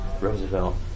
Roosevelt